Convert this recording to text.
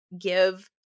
give